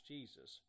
Jesus